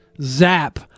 Zap